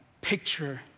picture